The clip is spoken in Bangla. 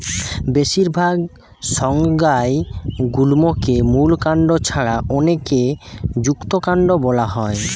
বেশিরভাগ সংজ্ঞায় গুল্মকে মূল কাণ্ড ছাড়া অনেকে যুক্তকান্ড বোলা হয়